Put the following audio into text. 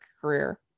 career